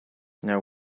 now